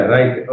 Right